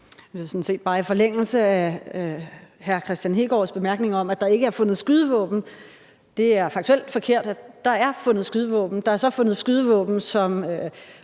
Det er sådan set bare i forlængelse af hr. Kristian Hegaards bemærkning om, at der ikke er fundet skydevåben: Det er faktuelt forkert. Der er fundet skydevåben. Der er så fundet skydevåben, som